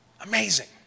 Amazing